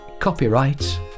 Copyright